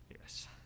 Yes